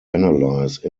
analyse